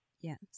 Yes